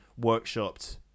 workshopped